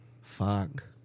fuck